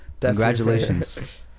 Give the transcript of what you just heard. Congratulations